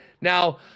Now